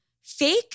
fake